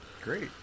Great